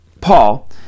paul